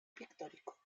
pictórico